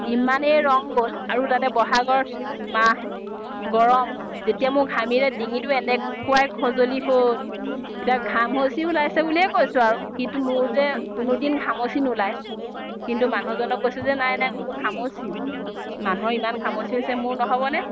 ইমানেই ৰং গ'ল আৰু তাতে বহাগৰ মাহ গৰম যেতিয়া মোৰ ঘামিলে ডিঙিটো এনেকুৱাই খজুলি হ'ল এতিয়া ঘামচি ওলাইছে বুলিয়ে কৈছোঁ আৰু কিন্তু মোৰ যে কোনো দিন ঘামচি নোলায় কিন্তু মানুহজনক কৈছোঁ যে নাই নাই মোৰ এইবোৰ ঘামচি মানুহৰ ইমান ঘামচি হৈছে মোৰ নহ'বনে